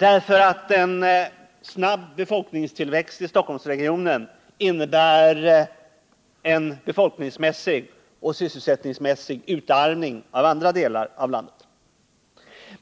eftersom en snabb befolkningstillväxt i Stockholmsregionen innebär en befolkningsoch sysselsättningsmässig utarmning av andra delar av landet.